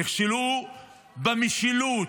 נכשלו במשילות,